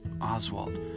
Oswald